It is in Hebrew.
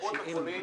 קופות החולים